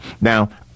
Now